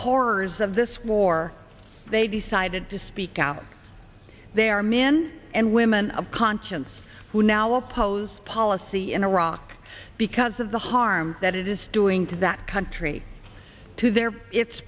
horrors of this war they decided to speak out their men and women of conscience who now oppose policy in iraq because of the harm that it is doing to that country to their it